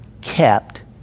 kept